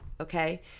okay